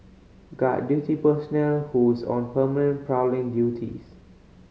guard duty personnel who's on permanent prowling duties